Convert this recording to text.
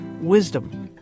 wisdom